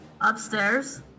upstairs